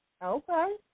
Okay